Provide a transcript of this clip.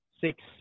six